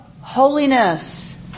holiness